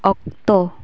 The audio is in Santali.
ᱚᱠᱛᱚ